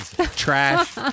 Trash